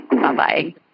Bye-bye